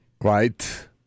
Right